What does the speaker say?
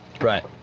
Right